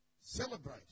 celebrate